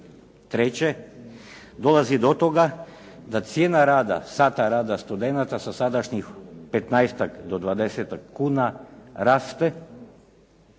Treće, dolazi do toga da cijena rada, sata rada studenata sa sadašnjih petnaestak